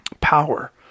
power